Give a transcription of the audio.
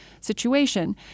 situation